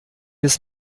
des